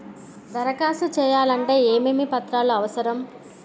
దరఖాస్తు చేయాలంటే ఏమేమి పత్రాలు అవసరం?